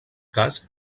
cas